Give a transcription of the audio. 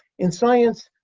in science,